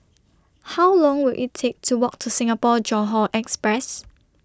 How Long Will IT Take to Walk to Singapore Johore Express